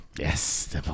Yes